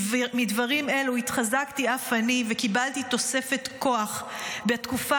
מדברים אלו התחזקתי אף אני וקיבלתי תוספת כוח בתקופה